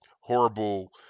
horrible